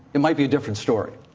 it might be a different story.